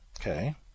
Okay